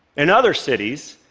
in other cities,